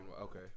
okay